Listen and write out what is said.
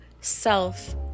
self